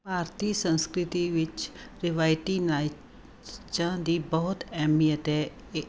ਭਾਰਤੀ ਸੰਸਕ੍ਰਿਤੀ ਵਿੱਚ ਰਿਵਾਇਤੀ ਨਾਚਾ ਦੀ ਬਹੁਤ ਅਹਿਮੀਅਤ ਹੈ ਏ